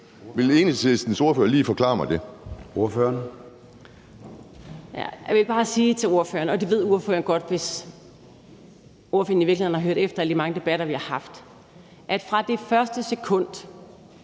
Kl. 13:34 Trine Pertou Mach (EL): Jeg vil bare sige til ordføreren – og det ved ordføreren godt, hvis ordføreren i virkeligheden har hørt efter alle de mange debatter, vi har haft – at fra det første sekund